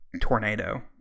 tornado